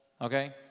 Okay